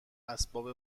اسباب